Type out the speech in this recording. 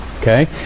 Okay